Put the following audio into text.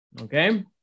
okay